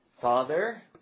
Father